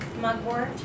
mugwort